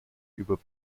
über